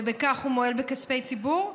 ועל כך הוא מועל בכספי ציבור,